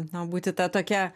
na būti ta tokia